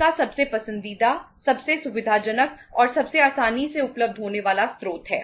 का सबसे पसंदीदा सबसे सुविधाजनक और सबसे आसानी से उपलब्ध होने वाला स्रोत है